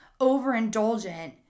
overindulgent